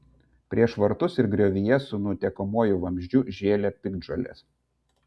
prieš vartus ir griovyje su nutekamuoju vamzdžiu žėlė piktžolės